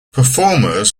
performers